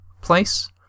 place